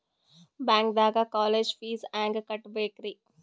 ಬ್ಯಾಂಕ್ದಾಗ college fees ಹೆಂಗ್ ಕಟ್ಟ್ಬೇಕ್ರಿ?